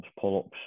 pull-ups